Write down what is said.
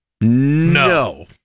No